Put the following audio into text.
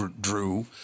drew